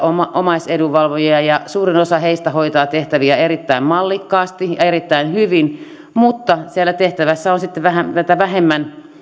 omaisedunvalvojia ja suurin osa heistä hoitaa tehtäviä erittäin mallikkaasti ja erittäin hyvin mutta siellä tehtävässä on sitten näitä vähemmän